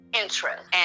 interest